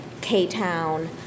K-Town